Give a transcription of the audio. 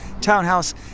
townhouse